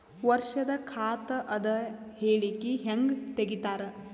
ವರ್ಷದ ಖಾತ ಅದ ಹೇಳಿಕಿ ಹೆಂಗ ತೆಗಿತಾರ?